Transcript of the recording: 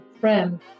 friend